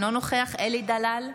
אינו נוכח אלי דלל,